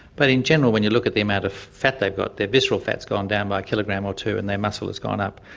but in general when you look at the amount of fat they've got, their visceral fat has gone down by a kilogram or ah two and their muscle has gone up.